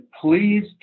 please